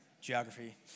geography